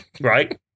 Right